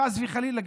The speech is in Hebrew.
חס וחלילה,